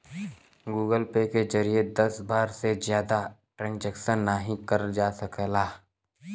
Google Pay के जरिए दस बार से जादा ट्रांजैक्शन नाहीं करल जा सकला